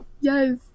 Yes